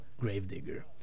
Gravedigger